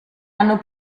hanno